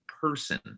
person